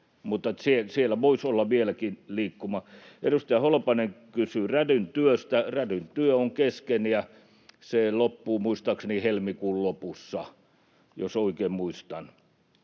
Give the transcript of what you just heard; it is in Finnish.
Mutta siellä voisi olla vieläkin liikkumavaraa. Edustaja Holopainen kysyi Rädyn työstä. Rädyn työ on kesken, ja se loppuu muistaakseni helmikuun lopussa, jos oikein muistan.